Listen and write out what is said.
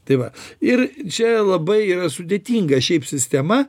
tai va ir čia labai yra sudėtinga šiaip sistema